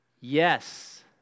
Yes